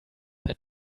that